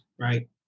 right